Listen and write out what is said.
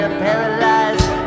paralyzed